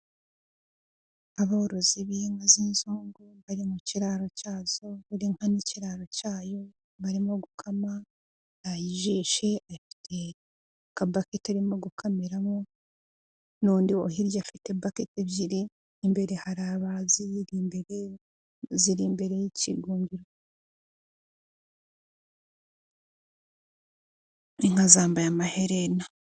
Aboborozi b'inka z'inzungu bari mu kiraro cyazo, buri kiraro cyayo barimo gukama ayijishi afite kabaka itarimo gukamiramo n'undi u hirya afite backet ebyiri imbere haribaziyi ziri imbere y inka zambaye amaherena.